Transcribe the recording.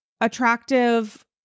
attractive